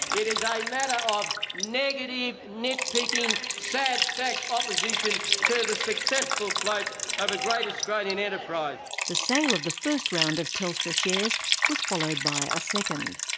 it is a matter of negative, nitpicking, sad sack opposition to the successful float of a great australian enterprise. the sale of the first round of telstra shares was followed by a second.